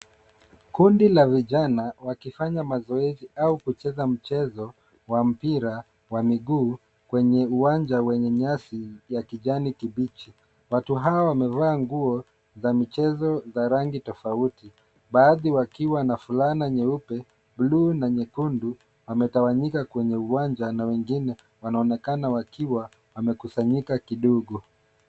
Kundi la vijana wakifanya mazoezi au kucheza mchezo wa mpira wa miguu kwenye uwanja wenye nyasi ya kijani kibichi. Watu hao wamevaa nguo za michezo za rangi tofauti. Baadhi wakiwa na fulana nyeupe, buluu na nyekundu, wametawanyika kwenye uwanja na wengine wanaonekana wakiwa wamekusanyika kidogo.